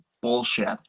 bullshit